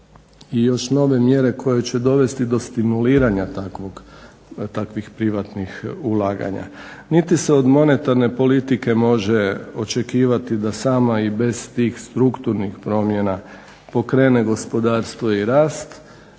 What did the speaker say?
i još nove mjere koje će dovesti do stimuliranja takvog, takvih privatnih ulaganja. Niti se od monetarne politike može očekivati da sama i bez tih strukturnih promjena pokrene gospodarstvo i rast,